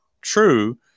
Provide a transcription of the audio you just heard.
true